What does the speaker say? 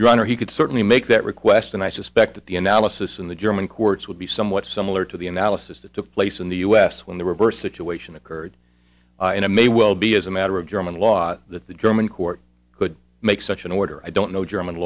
your honor he could certainly make that request and i suspect that the analysis in the german courts would be somewhat similar to the analysis that took place in the u s when the reverse situation occurred and it may well be as a matter of german law that the german court could make such an order i don't know german